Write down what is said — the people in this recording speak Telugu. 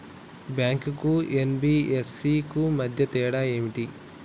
బ్యాంక్ కు ఎన్.బి.ఎఫ్.సి కు మధ్య తేడా ఏమిటి?